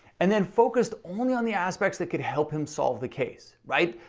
and then focused only on the aspects that could help him solve the case, right?